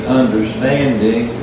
understanding